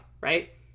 right